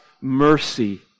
mercy